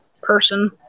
person